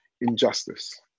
injustice